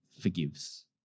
forgives